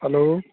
hello